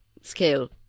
scale